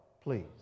please